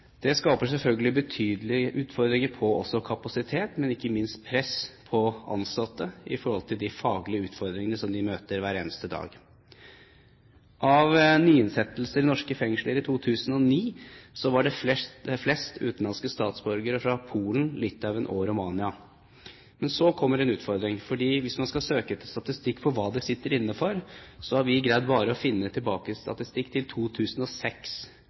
Det skaper selvfølgelig betydelige utfordringer når det gjelder kapasitet, men ikke minst press på ansatte i forhold til de faglige utfordringene som de møter hver eneste dag. Av nyinnsettelser i norske fengsler i 2009 var det flest utenlandske statsborgere fra Polen, Litauen og Romania. Men så kommer en utfordring, for hvis man skal søke etter statistikk over hva de sitter inne for, har vi greid bare å finne statistikk tilbake til 2006,